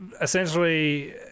essentially